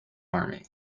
army